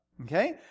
Okay